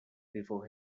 before